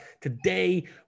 Today